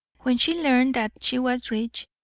when she learned that she was rich,